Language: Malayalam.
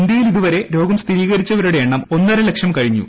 ഇന്ത്യയിൽ ഇതുവരെ രോഗം സ്ഥിരീകരിച്ചവരുടെ എണ്ണം ഒന്നരലക്ഷം കഴിഞ്ഞു